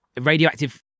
radioactive